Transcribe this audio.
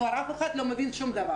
כבר אף אחד לא מבין שום דבר.